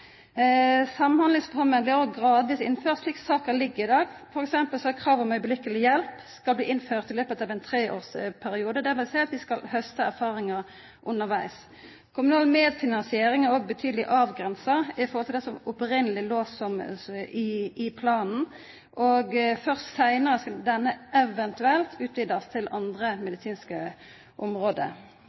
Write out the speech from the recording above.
Samhandlingsreforma blir gradvis innført, slik saka ligg i dag. For eksempel er det krav om at hjelp straks skal bli innført i løpet av ein treårsperiode, dvs. at vi skal hauste erfaringar undervegs. Kommunal medfinansiering er òg betydeleg avgrensa i forhold til det som opphavleg låg i planen, og først seinare skal denne eventuelt utvidast til andre medisinske område.